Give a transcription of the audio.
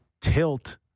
tilt